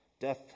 death